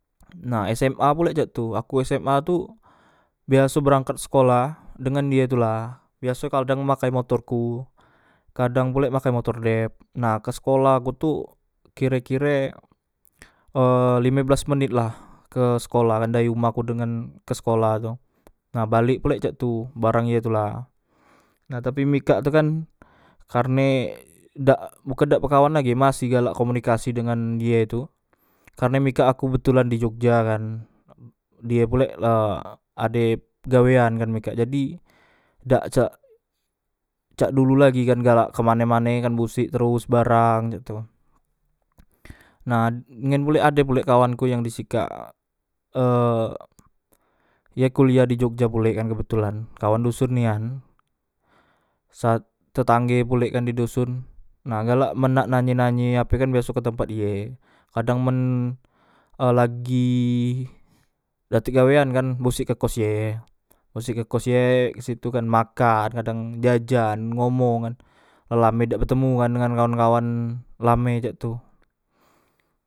Nah sma pulek cak tu aku sma tu biaso berangkat sekolah dengan die tula biaso kalo dang makek motorku kadang pulek pakek motor dep nah kesekolahku tu kire kire e lime belas menitlah ke sekolahkan dari uma ku dengan kesekolah tu nah balek pulek cak tu bareng ye tula nah tapi mikak tu kan karne dak bukan dak bekawan lagi masih galak komunikasi dengan ye tu karne mikak aku betulan di jogja kan die pulek la ade gawean kan mikak jadi dak cak cak dulu lagi kan galak kemane mane kan bosek teros sembarang cak tu nah ngen pulek ade pulek kawanku yang di sikak e ye kuliah di jogja pulek kan kebetulan kawan doson nian sat tetangge pulek kan didoson na galak men nak nanye nanye ape kan biaso ku ketempat iye kadang men e lagi dak tek gawean kan bosek ke kos ye bosek ke kos ye kesitu kan makan kadang jajan ngomong kan lalame dak betemu kan ngan kawan kawan lame cak tu